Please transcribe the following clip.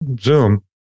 Zoom